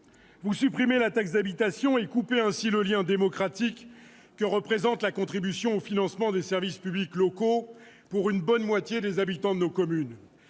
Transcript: Vous supprimez la taxe d'habitation et coupez ainsi le lien démocratique que représente la contribution au financement des services publics locaux pour une bonne moitié des habitants de nos communes.